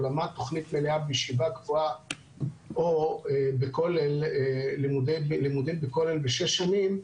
או למד תוכנית מלאה בישיבה גבוהה או לימודים בכולל בשש שנים,